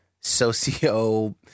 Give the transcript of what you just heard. socio